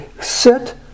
sit